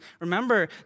remember